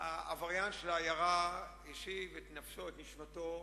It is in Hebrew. העבריין של העיירה השיב את נשמתו,